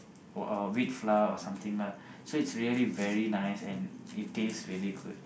wheat flour or something lah so its really very nice and it taste very good